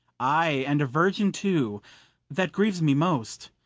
ay, and a virgin too that grieves me most.